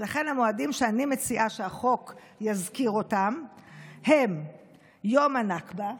ולכן המועדים שאני מציעה שהחוק יזכיר אותם הם יום הנכבה,